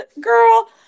Girl